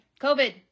COVID